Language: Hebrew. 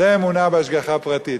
זאת אמונה בהשגחה פרטית.